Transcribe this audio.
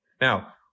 Now